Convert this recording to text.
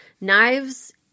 Knives